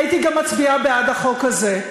הייתי גם מצביעה בעד החוק הזה.